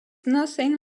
nothing